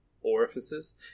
orifices